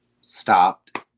stopped